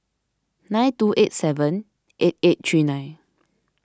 nine two eight seven eight eight three nine